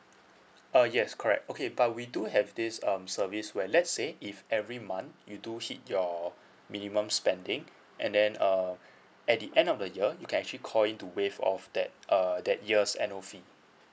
uh yes correct okay but we do have this um service where let's say if every month you do hit your minimum spending and then um at the end of the year you can actually call in to waive off that err that years annual fee